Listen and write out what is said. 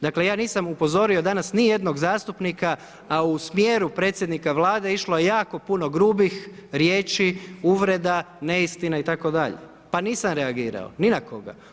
Dakle, ja nisam upozorio ni jednog zastupnika, a u smjeru predsjednika Vlade, išlo je jako puno grubih riječi, uvreda, neistina itd. pa nisam reagirao ni na koga.